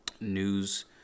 news